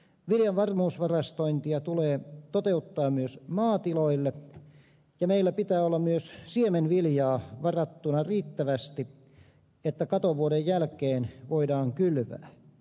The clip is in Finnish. viljan varmuusvarastointia tulee toteuttaa myös maatiloille ja meillä pitää olla myös siemenviljaa varattuna riittävästi että katovuoden jälkeen voidaan kylvää